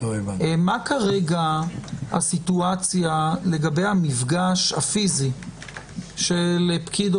מה כרגע הסיטואציה לגבי המפגש הפיזי של פקיד או